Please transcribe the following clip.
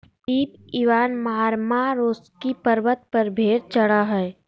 Pip Ivan Marmaroski पर्वत पर भेड़ चरा हइ